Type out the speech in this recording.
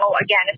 again